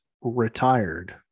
retired